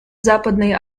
западной